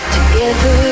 Together